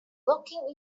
looking